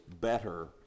better